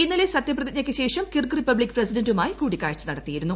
ഇന്നലെ സത്യപ്രിതിജ്ഞയ്ക്കു ശേഷം കിർഗ് റിപ്പബ്ലിക്ക് പ്രസിഡന്റുമായി കൂടിക്കാഴ്ച നടത്തിയിരുന്നു